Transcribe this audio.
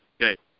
Okay